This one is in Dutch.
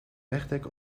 wegdek